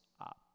up